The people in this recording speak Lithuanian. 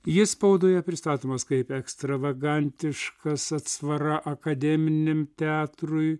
jis spaudoje pristatomas kaip ekstravagantiškas atsvara akademiniam teatrui